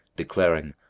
declaring,